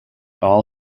all